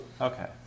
Okay